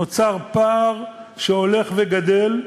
נוצר פער שהולך וגדל,